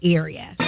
area